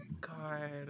God